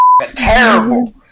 terrible